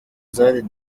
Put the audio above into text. zari